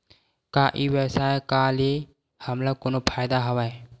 का ई व्यवसाय का ले हमला कोनो फ़ायदा हवय?